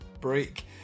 break